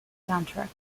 soundtrack